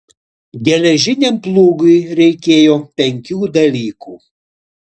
geležiniam plūgui reikėjo penkių dalykų